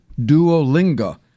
Duolingo